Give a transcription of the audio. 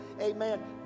Amen